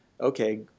okay